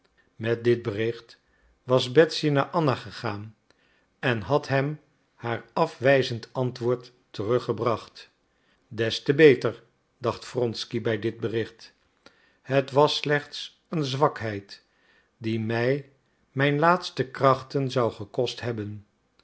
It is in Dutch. met dit bericht was betsy naar anna gegaan en had hem haar afwijzend antwoord teruggebracht des te beter dacht wronsky bij dit bericht het was slechts een zwakheid die mij mijn laatste krachten zou gekost hebben